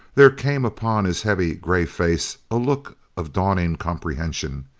there came upon his heavy gray face a look of dawning comprehension.